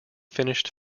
finished